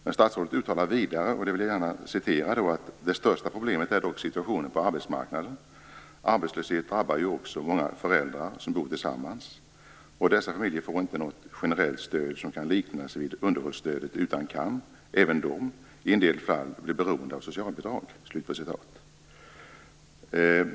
Men statsrådet uttalar vidare följande, som jag gärna vill citera: "Det största problemet är dock situationen på arbetsmarknaden. Arbetslöshet drabbar ju också många föräldrar som bor tillsammans. Dessa familjer får inte något generellt stöd som kan liknas vid underhållsstödet utan kan - även de - i en del fall bli beroende av socialbidrag."